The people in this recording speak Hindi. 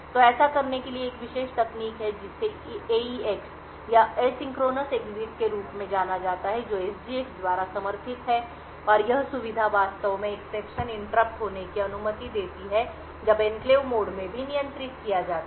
तो ऐसा करने के लिए एक विशेष तकनीक है जिसे एईएक्स या एसिंक्रोनस एग्जिट के रूप में जाना जाता है जो एसजीएक्स द्वारा समर्थित है और यह सुविधा वास्तव में एक्सेप्शन इंटरप्ट होने की अनुमति देती है जब एन्क्लेव मोड में भी नियंत्रित किया जाता है